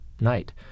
night